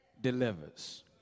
delivers